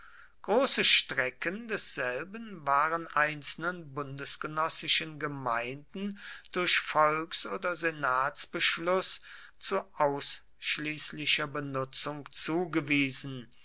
große strecken desselben waren einzelnen bundesgenössischen gemeinden durch volks oder senatsbeschlüsse zu ausschließlicher benutzung zugewiesen